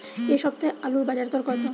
এ সপ্তাহে আলুর বাজার দর কত?